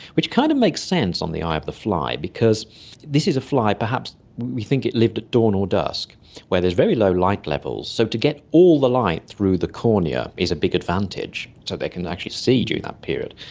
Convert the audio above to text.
which kind of makes sense on the eye of the fly, because this is a fly perhaps, we think it lived at dawn or dusk where there's very low light levels, so to get all the light through the cornea is a big advantage, so they can actually see during that period.